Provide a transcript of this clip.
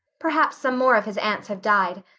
perhaps some more of his aunts have died.